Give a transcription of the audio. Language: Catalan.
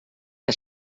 que